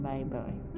Bye-bye